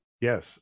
Yes